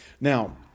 now